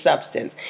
substance